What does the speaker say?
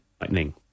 lightning